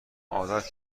عادت